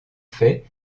faits